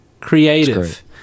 Creative